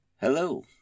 Hello